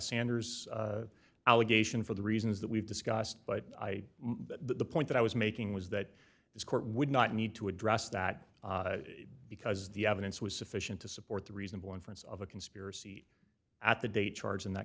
sanders allegation for the reasons that we've discussed but i the point that i was making was that this court would not need to address that because the evidence was sufficient to support the reasonable inference of a conspiracy at the date charging that